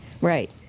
Right